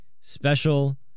special